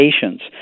patients